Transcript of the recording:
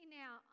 now